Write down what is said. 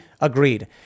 agreed